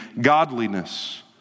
godliness